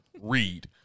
Read